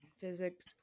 Physics